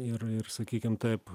ir ir sakykim taip